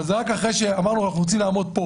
אבל רק אחרי שאמרנו שאנחנו רוצים לעמוד שם,